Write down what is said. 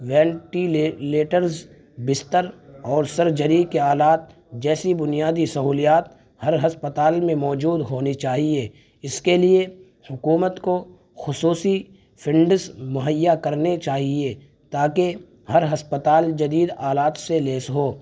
ventilators بستر اور surgery کے آلات جیسی بنیادی سہولیات ہر ہسپتال میں موجود ہونی چاہیے اس کے لیے حکومت کو خصوصی فنڈز مہیا کرنے چاہیے تاکہ ہر ہسپتال جدید آلات سے لیس ہو